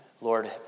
Lord